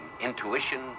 intuition